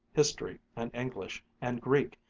history, and english, and greek,